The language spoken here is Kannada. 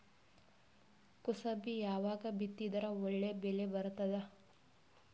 ಕುಸಬಿ ಯಾವಾಗ ಬಿತ್ತಿದರ ಒಳ್ಳೆ ಬೆಲೆ ಬರತದ?